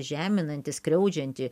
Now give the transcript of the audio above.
žeminanti skriaudžianti